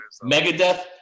Megadeth